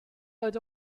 oedd